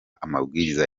amabwiriza